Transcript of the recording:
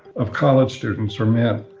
of college students are men,